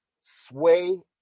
sway